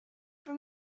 for